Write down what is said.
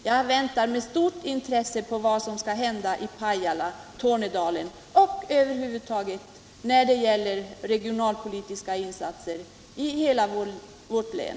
Jag väntar med stort intresse på vad som skall hända i fråga om regionalpolitiska insatser i Pajala, Tornedalen och hela vårt län.